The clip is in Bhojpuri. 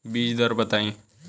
बीज दर बताई?